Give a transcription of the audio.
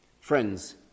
Friends